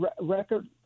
record